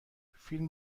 فیلم